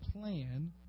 plan